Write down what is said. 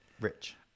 Rich